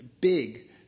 big